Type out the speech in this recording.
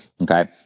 okay